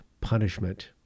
punishment